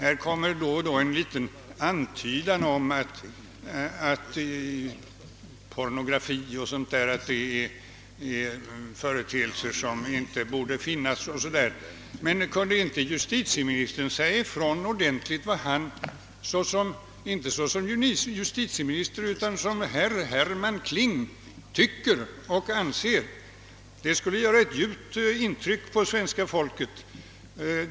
Här kommer då och då en liten antydan om att pornografi och sådant är företeelser som inte borde förekomma, osv. Kunde inte justitieministern säga ifrån ordentligt — inte såsom justitieminister utan som herr Herman Kling — vad han tycker och anser? Det skulle göra ett djupt intryck på svenska folket.